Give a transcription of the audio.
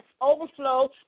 overflow